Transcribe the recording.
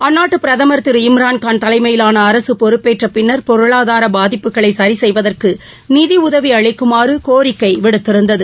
அந்நாட்டு பிரதமர் திரு இம்ரான்கான் தலைமையிலான அரசு பொறுப்பேற்ற பின்னர் பொருளாதார பாதிப்புகளை சரி செய்வதற்கு நிதி உதவி அளிக்குமாறு கோரிக்கை விடுத்திருந்தது